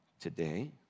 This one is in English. Today